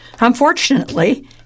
Unfortunately